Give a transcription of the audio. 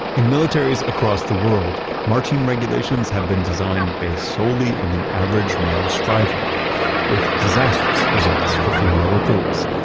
in militaries across the world, marching regulations have been designed based solely on the average male stride length with disastrous results for female recruits.